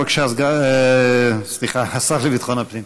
בבקשה, השר לביטחון הפנים.